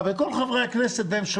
מי נגד?